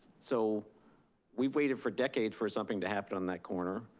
so we've waited for decades for something to happen on that corner.